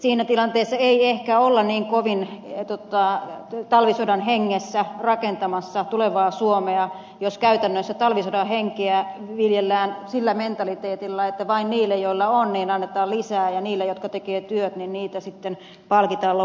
siinä tilanteessa ei ehkä olla niin kovin talvisodan hengessä rakentamassa tulevaa suomea jos käytännössä talvisodan henkeä viljellään sillä mentaliteetilla että vain niille joilla on annetaan lisää ja ne jotka tekevät työt palkitaan lopputilillä